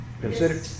consider